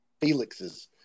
Felix's